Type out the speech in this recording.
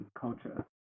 culture